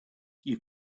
you